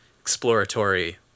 exploratory